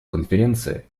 конференция